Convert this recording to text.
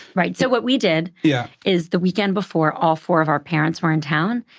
right. so what we did yeah is, the weekend before, all four of our parents were in town,